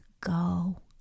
go